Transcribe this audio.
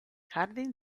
harding